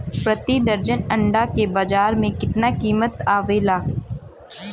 प्रति दर्जन अंडा के बाजार मे कितना कीमत आवेला?